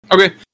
Okay